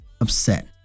upset